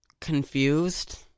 confused